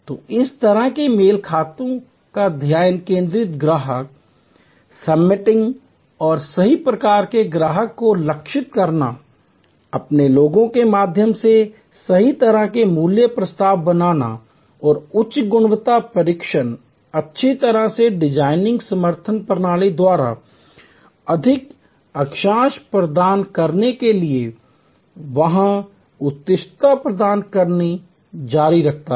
तो इस तरह के मेल खाते पर ध्यान केंद्रित ग्राहक सेगमेंटिंग और सही प्रकार के ग्राहक को लक्षित करना और अपने लोगों के माध्यम से सही तरह के मूल्य प्रस्ताव बनाना और उच्च गुणवत्ता प्रशिक्षण अच्छी तरह से डिजाइन समर्थन प्रणाली द्वारा अधिक अक्षांश प्रदान करने के लिए वहाँ उत्कृष्टता प्राप्त करना जारी रखता है